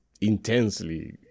intensely